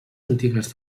antigues